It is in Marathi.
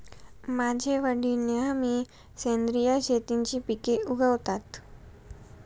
माझे वडील नेहमी सेंद्रिय शेतीची पिके उगवतात